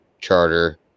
charter